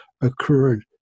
occurred